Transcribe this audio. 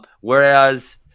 Whereas